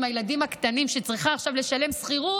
הילדים הקטנים שצריכה עכשיו לשלם שכירות,